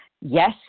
yes